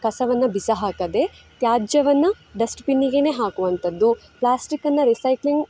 ಕಸವನ್ನು ಬಿಸಾಕದೆ ತ್ಯಾಜ್ಯವನ್ನು ಡಸ್ಟ್ಬಿನ್ನಿಗೆ ಹಾಕುವಂತದ್ದು ಪ್ಲಾಸ್ಟಿಕನ್ನು ರಿಸೈಕ್ಲಿಂಗ್